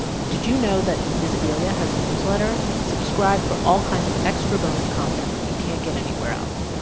did you know that invisibilia has a newsletter? subscribe for all kinds of extra bonus content that you can't get anywhere else,